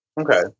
Okay